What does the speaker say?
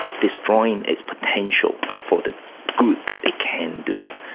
destroying its potential for the good that it can do.